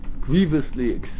grievously